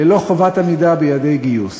ללא חובת עמידה ביעדי גיוס.